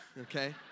okay